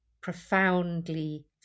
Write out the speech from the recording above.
profoundly